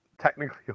technically